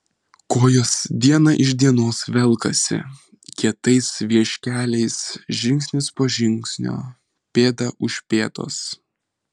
kojos diena iš dienos velkasi kietais vieškeliais žingsnis po žingsnio pėda už pėdos